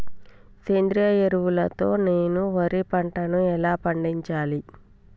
సేంద్రీయ ఎరువుల తో నేను వరి పంటను ఎలా పండించాలి?